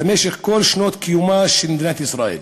במשך כל שנות קיומה של מדינת ישראל